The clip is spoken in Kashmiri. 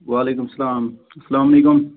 وَعلیکُم اَسَلام اَسلامُ علیکُم